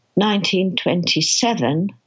1927